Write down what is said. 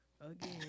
again